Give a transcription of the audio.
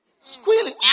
Squealing